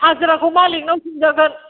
हाजिराखौ मालिकनाव सोंजागोन